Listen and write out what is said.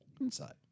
inside